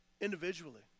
individually